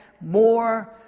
more